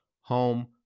home